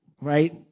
right